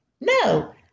No